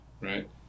right